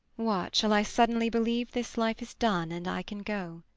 what, shall i suddenly believe this life is done and i can go?